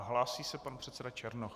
Hlásí se pan předseda Černoch.